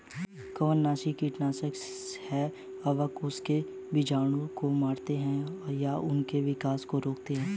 कवकनाशी कीटनाशक है कवक उनके बीजाणुओं को मारते है या उनके विकास को रोकते है